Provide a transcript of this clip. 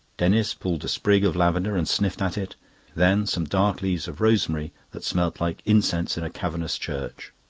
denis pulled a sprig of lavender and sniffed at it then some dark leaves of rosemary that smelt like incense in a cavernous church.